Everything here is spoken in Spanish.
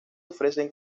ofrecen